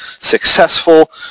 successful